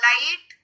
Light